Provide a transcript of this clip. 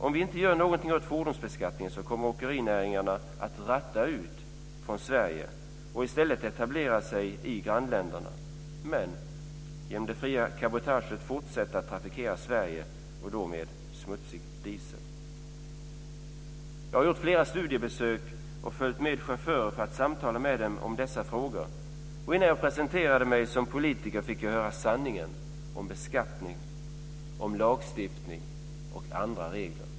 Om vi inte gör något åt fordonsbeskattningen kommer åkerierna att ratta ut från Sverige och i stället etablera sig i grannländerna. Genom det fria cabotaget kommer de ändå att fortsätta trafikera Sverige - då med smutsig diesel. Jag har gjort flera studiebesök och följt med chaufförer för att samtala med dem i dessa frågor. Innan jag presenterade mig som politiker fick jag höra sanningen om beskattning, lagstiftning och andra regler.